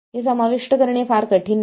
हे समाविष्ट करणे फार कठीण नाही